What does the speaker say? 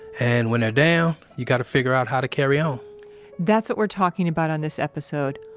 and when they're down, you gotta figure out how to carry on that's what we're talking about on this episode.